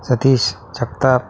Satish Jagtap